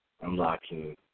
unlocking